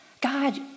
God